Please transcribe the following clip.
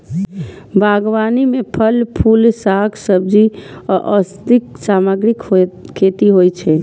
बागबानी मे फल, फूल, शाक, सब्जी आ औषधीय सामग्रीक खेती होइ छै